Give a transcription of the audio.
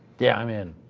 yeah, i'm in.